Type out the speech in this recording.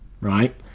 right